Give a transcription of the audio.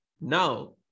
Now